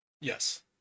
yes